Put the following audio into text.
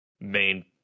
main